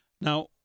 Now